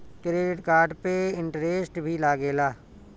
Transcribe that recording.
Credit card पे interest भी लागेला?